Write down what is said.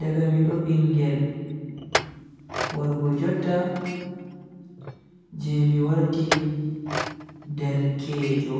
daga mido bingel warugo jotta je mi warti derkejo.